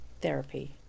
therapy